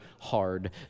hard